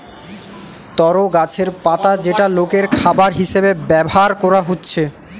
তরো গাছের পাতা যেটা লোকের খাবার হিসাবে ব্যভার কোরা হচ্ছে